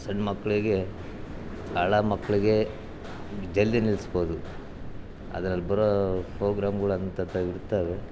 ಸಣ್ಣ ಮಕ್ಕಳಿಗೆ ಅಳೋ ಮಕ್ಕಳಿಗೆ ಜಲ್ದಿ ನಿಲ್ಲಿಸ್ಬೋದು ಅದರಲ್ಲಿ ಬರೋ ಪ್ರೋಗ್ರಾಮ್ಗಳು ಅಂತಂಥವೆ ಇರ್ತಾವೆ